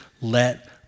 let